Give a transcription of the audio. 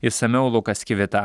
išsamiau lukas kivita